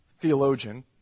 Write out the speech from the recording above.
theologian